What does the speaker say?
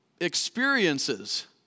experiences